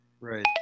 Right